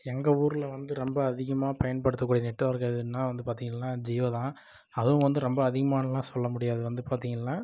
எங்க ஊரில் வந்து ரொம்ப அதிகமாக பயன்படுத்தக்கூடிய நெட்வொர்க்கு எதுனா வந்து பார்த்திங்கள்னா ஜியோதான் அதுவும் வந்து ரொம்ப அதிகமான்லாம் சொல்ல முடியாது வந்து பார்த்திங்கள்னா